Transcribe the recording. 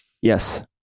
Yes